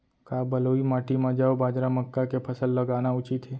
का बलुई माटी म जौ, बाजरा, मक्का के फसल लगाना उचित हे?